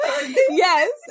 yes